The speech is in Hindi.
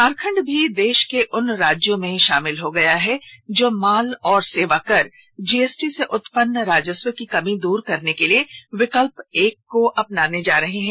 झारखंड भी देश के उन राज्यों में शामिल हो गया है जो माल और सेवा कर जीएसटी से उत्पन्न राजस्व की कमी को दूर करने के लिए विकल्प एक को अपनाने जा रहे हैं